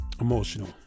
emotional